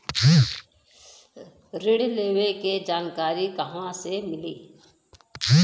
ऋण लेवे के जानकारी कहवा से मिली?